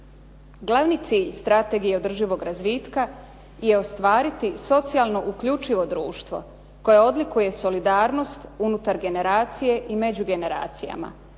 Glavni cilj strategije održivog razvitka je ostvariti socijalno uključivo društvo koje odlikuje solidarnost unutar generacije i među generacijama,